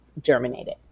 germinated